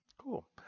Cool